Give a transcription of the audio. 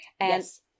Yes